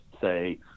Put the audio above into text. say